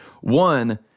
One